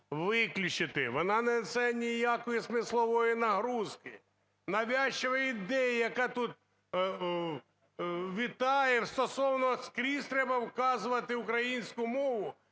вона не несе ніякої смисловоїнагрузки. Навязчивая ідея, яка тут вітає стосовно – скрізь треба указувати українську мову,